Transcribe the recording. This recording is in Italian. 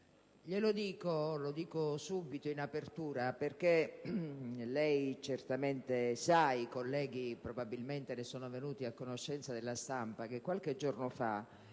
impedimento. Lo dico subito, in apertura, perché lei certamente sa, e i colleghi probabilmente ne sono venuti a conoscenza dagli organi di stampa, che qualche giorno fa